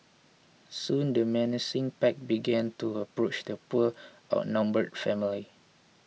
soon the menacing pack began to approach the poor outnumbered family